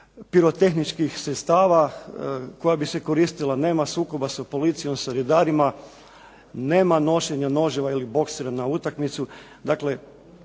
pirotehničkih sredstava koja bi se koristila. Nema sukoba sa policijom, sa redarima. Nema nošenja noževa ili boksera na utakmicu.